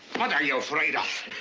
what are you afraid of?